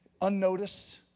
Unnoticed